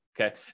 okay